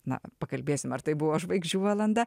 na pakalbėsim ar tai buvo žvaigždžių valanda